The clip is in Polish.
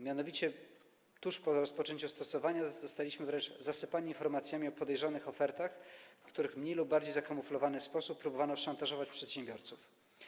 Mianowicie tuż po rozpoczęciu stosowania RODO zostaliśmy wręcz zasypani informacjami o podejrzanych ofertach, w których w mniej lub bardziej zakamuflowany sposób próbowano szantażować przedsiębiorców.